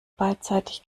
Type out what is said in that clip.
beidseitig